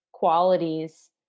qualities